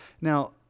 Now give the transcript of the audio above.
Now